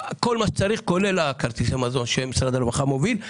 כל מה שצריך כולל כרטיסי המזון שמשרד הרווחה מוביל.